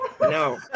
No